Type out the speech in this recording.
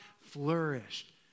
flourished